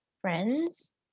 friends